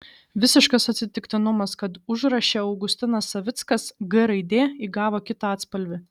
visiškas atsitiktinumas kad užraše augustinas savickas g raidė įgavo kitą atspalvį